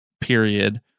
period